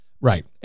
Right